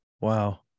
Wow